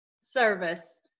service